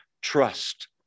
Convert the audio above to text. trust